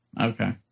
Okay